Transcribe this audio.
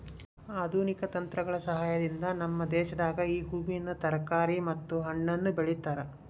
ಆಧುನಿಕ ತಂತ್ರಗಳ ಸಹಾಯದಿಂದ ನಮ್ಮ ದೇಶದಾಗ ಈ ಹೂವಿನ ತರಕಾರಿ ಮತ್ತು ಹಣ್ಣನ್ನು ಬೆಳೆತವ